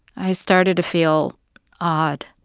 i started to feel odd.